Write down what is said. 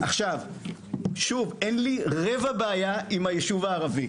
עכשיו, שוב, אין לי רבע בעיה עם הישוב הערבי.